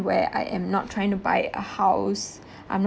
where I am not trying to buy a house I'm not